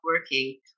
working